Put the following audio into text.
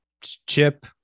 chip